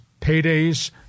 paydays